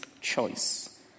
choice